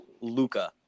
Luca